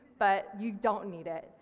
but you don't need it,